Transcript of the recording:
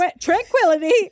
tranquility